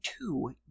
two